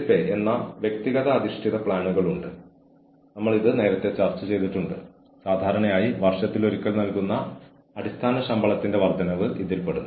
അതിനാൽ ജീവനക്കാർക്ക് ഫീഡ്ബാക്ക് ലഭിക്കുന്നു രീതികളെക്കുറിച്ച് അവർ പ്രതീക്ഷിക്കുന്ന പ്രകടന ലക്ഷ്യങ്ങൾ കൈവരിക്കാൻ ഉപയോഗിക്കുന്നു